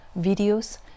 videos